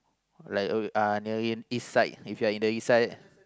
like uh nearing east side if you are in the east side